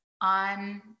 on